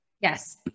Yes